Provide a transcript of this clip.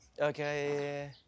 Okay